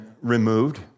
removed